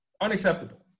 unacceptable